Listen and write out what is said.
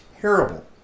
terrible